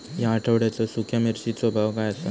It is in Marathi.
या आठवड्याचो सुख्या मिर्चीचो भाव काय आसा?